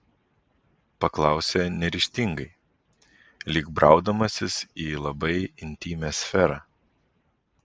paklausė neryžtingai lyg braudamasis į labai intymią sferą